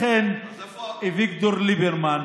לכן, אביגדור ליברמן,